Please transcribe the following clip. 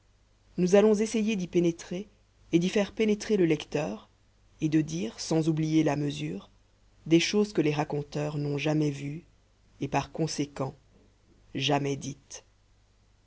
nous allons essayer d'y pénétrer et d'y faire pénétrer le lecteur et de dire sans oublier la mesure des choses que les raconteurs n'ont jamais vues et par conséquent jamais dites